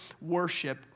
worship